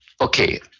Okay